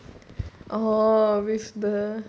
oh with the